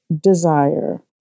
desire